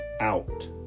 out